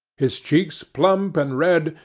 his cheeks plump and red,